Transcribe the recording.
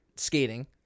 Skating